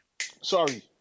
Sorry